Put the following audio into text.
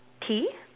Tea